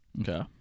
Okay